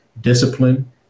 discipline